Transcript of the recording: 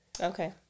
Okay